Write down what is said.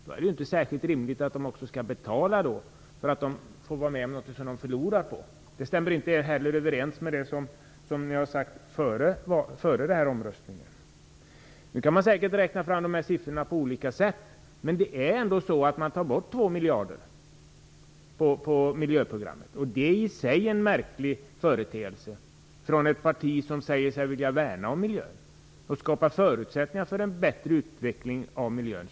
Då är det inte särskilt rimligt att det skall betala för att vara med om något som det förlorar på. Det stämmer heller inte överens med det som ni har sagt före omröstningen. Nu kan man säkert räkna fram sifforna på olika sätt. Men man tar ändå bort 2 miljarder på miljöprogrammet. Det är i sig en märklig företeelse från ett parti som säger sig vilja värna om miljön och skapa förutsättningar för en bättre utveckling av miljön.